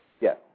Yes